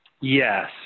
Yes